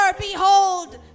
behold